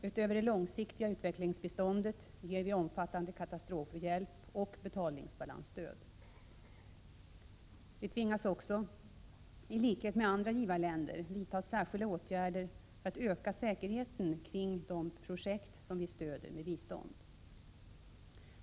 Utöver det långsiktiga utvecklingsbiståndet ger vi omfattande katastrofhjälp och betalningsbalansstöd. Vi tvingas också i likhet med andra givarländer vidta särskilda åtgärder för att öka säkerheten kring de projekt vi stöder med bistånd.